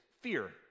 fear